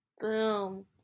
Boom